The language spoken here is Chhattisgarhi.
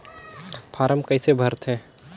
फारम कइसे भरते?